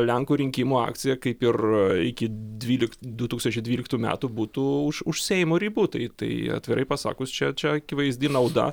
lenkų rinkimų akcija kaip ir iki dvyliktų du tūkstančiai dvyliktų metų būtų už už seimo ribų tai tai atvirai pasakius čia čia akivaizdi nauda